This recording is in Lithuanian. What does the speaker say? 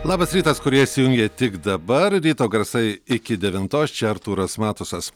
labas rytas kurie įsijungė tik dabar ryto garsai iki devintos čia artūras matusas